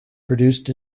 produced